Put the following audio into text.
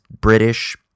British